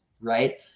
right